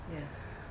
Yes